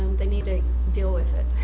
they need to deal with it.